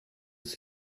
chce